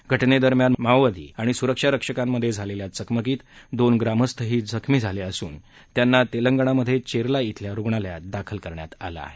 या घटनेदरम्यान माओवादी आणि सुरक्षारक्षकांमध्ये झालेल्या चकमकीत दोन ग्रामस्थही जखमी झाले असून त्यांना तेलंगणामधे चेरला इथल्या रुग्णालयात दाखल करण्यात आलं आहे